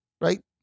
Right